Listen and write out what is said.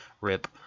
Rip